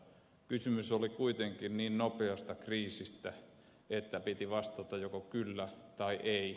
kysymys oli kuitenkin niin nopeasta kriisistä että piti vastata joko kyllä tai ei